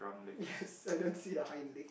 yes I didn't see the hind leg